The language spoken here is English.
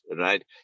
right